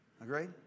Agree